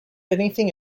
anything